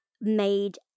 made